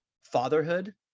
fatherhood